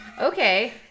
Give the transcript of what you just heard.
Okay